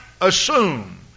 assume